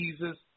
Jesus